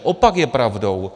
Opak je pravdou.